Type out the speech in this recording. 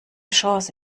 chance